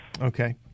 Okay